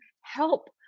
help